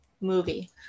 movie